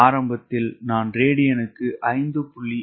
ஆரம்பத்தில் நான் ரேடியனுக்கு 5